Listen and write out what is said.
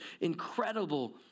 incredible